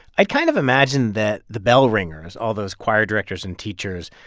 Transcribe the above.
i kind of imagine that the bell ringers, all those choir directors and teachers,